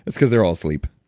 because they're all asleep